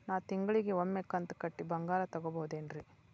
ನಾ ತಿಂಗಳಿಗ ಒಮ್ಮೆ ಕಂತ ಕಟ್ಟಿ ಬಂಗಾರ ತಗೋಬಹುದೇನ್ರಿ?